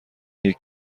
یکی